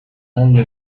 only